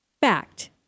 Fact